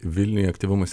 vilniuje aktyvumas